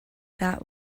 that